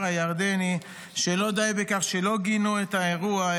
הירדני שלא די בכך שלא גינו את האירוע,